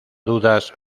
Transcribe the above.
dudas